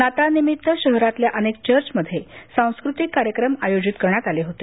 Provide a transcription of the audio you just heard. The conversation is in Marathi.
नाताळनिमित्त शहरातल्या अनेक चर्चमध्ये सांस्कृतिक कार्यक्रम आयोजित केले होते